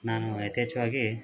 ನಾನು ಯಥೇಚ್ಛ್ವಾಗಿ